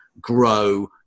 grow